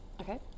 Okay